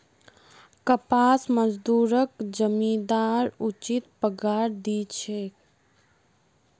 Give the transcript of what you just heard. कपास मजदूरक जमींदार उचित पगार दी छेक